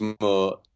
more